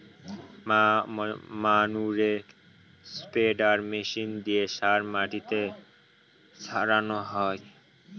ম্যানুরে spreader machine দিয়ে সার মাটিতে ছড়ানো হয়